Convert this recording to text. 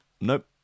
Nope